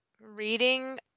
reading